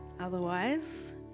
Otherwise